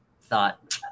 thought